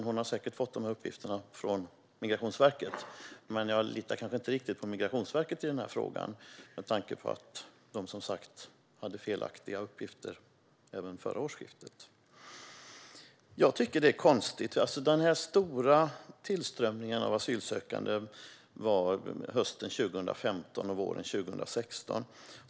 Hon har säkert fått uppgifterna från Migrationsverket. Men jag litar inte riktigt på Migrationsverket i frågan. De kom som sagt med felaktiga uppgifter vid förra årsskiftet. Den stora tillströmningen av asylsökande kom hösten 2015 och våren 2016.